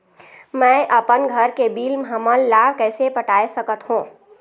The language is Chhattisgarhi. मैं अपन घर के बिल हमन ला कैसे पटाए सकत हो?